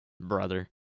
Brother